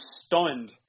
stunned